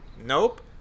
Nope